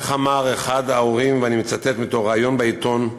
איך אמר אחד ההורים, ואני מצטט מריאיון בעיתון: